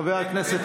רק לזועבי מגיע?